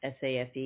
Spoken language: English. SAFE